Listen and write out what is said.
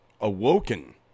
awoken